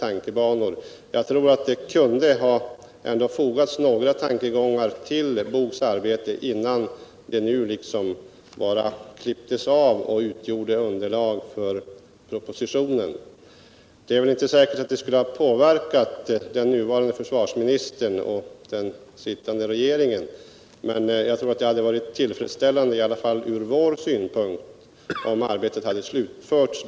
Det kunde ändå ha fogats några tankegångar till BOG:s arbete när det klipptes av och användes som underlag för propositionen. Det är inte säkert att det skulle ha påverkat den nuvarande försvarsministern och den sittande regeringen, men jag tror att det hade varit tillfredsställande i varje fall från vår synpunkt om arbetet där hade slutförts.